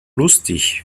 lustig